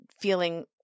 feeling